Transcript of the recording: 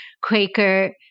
Quaker